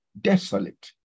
desolate